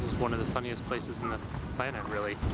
one of the sunniest places in the planet, really,